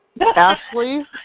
Ashley